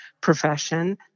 profession